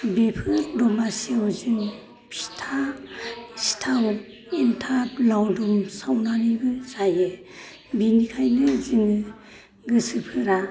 बेफोर दमासियाव जों फिथा सिथाव एन्थाब लावदुम सावनानैबो जायो बिनिखायनो जोङो गोसोफोरा